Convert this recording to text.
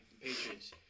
Patriots